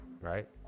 right